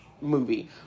movie